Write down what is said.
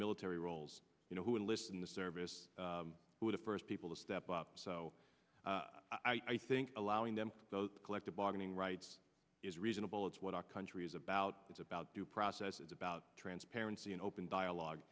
military roles you know who enlisted in the service who the first people to step up so i think allowing them those collective bargaining rights is reasonable it's what our country is about it's about due process it's about transparency and open dialogue